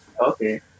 Okay